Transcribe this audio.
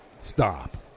Stop